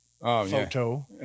photo